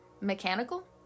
mechanical